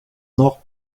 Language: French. nord